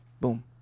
Boom